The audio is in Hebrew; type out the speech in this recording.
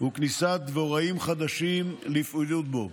וכניסת דבוראים חדשים לפעילות בו.